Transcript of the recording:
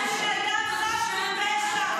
הוא אדם חף מפשע.